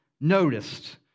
noticed